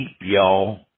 y'all